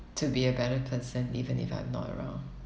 to be a better person even if I'm not around